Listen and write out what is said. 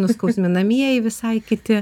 nuskausminamieji visai kiti